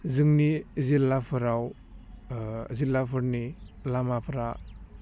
जोंनि जिल्लाफोराव जिल्लाफोरनि लामाफ्रा